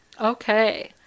Okay